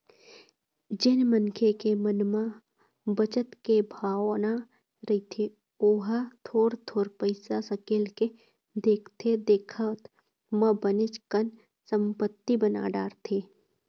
जेन मनखे के मन म बचत के भावना रहिथे ओहा थोर थोर पइसा सकेल के देखथे देखत म बनेच कन संपत्ति बना डारथे